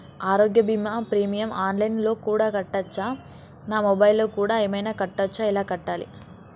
ఆరోగ్య బీమా premium online లో కూడా కట్టచ్చా? నా మొబైల్లో కూడా ఏమైనా కట్టొచ్చా? ఎలా కట్టాలి?